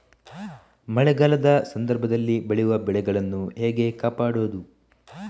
ಮಳೆಗಾಲದ ಸಂದರ್ಭದಲ್ಲಿ ಬೆಳೆಯುವ ಬೆಳೆಗಳನ್ನು ಹೇಗೆ ಕಾಪಾಡೋದು?